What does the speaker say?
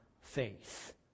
faith